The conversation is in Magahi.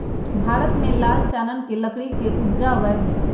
भारत में लाल चानन के लकड़ी के उपजा अवैध हइ